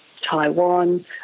Taiwan